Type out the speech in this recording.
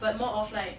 but more of like